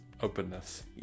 Openness